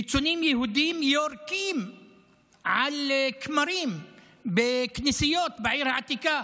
קיצוניים יהודים יורקים על כמרים בכנסיות בעיר העתיקה